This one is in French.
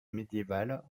médiévales